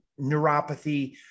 neuropathy